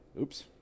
oops